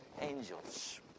angels